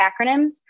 acronyms